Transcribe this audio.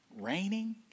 raining